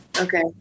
Okay